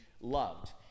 loved